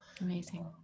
Amazing